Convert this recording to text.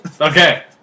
Okay